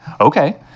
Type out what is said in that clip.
Okay